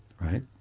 Right